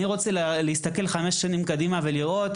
אני רוצה להסתכל חמש שנים קדימה ולראות,